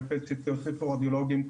ו-PET CT הוסיפו רדיולוגים.